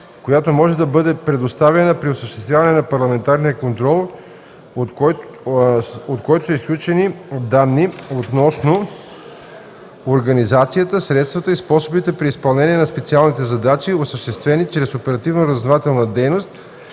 която може да бъде предоставяна при осъществяване на парламентарния контрол, от който са изключени данни относно организацията, средствата и способите при изпълнение на специалните задачи, осъществени чрез оперативно-разузнавателна дейност,